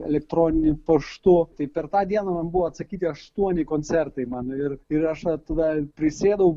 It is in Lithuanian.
elektroniniu paštu tai per tą dieną man buvo atsakyti aštuoni koncertai mano ir ir aš vat va prisėdau